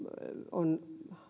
on